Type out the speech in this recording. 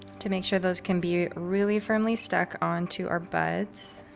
to make sure those can be really firmly stuck onto our buds.